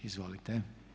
Izvolite.